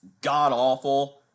god-awful